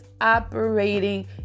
operating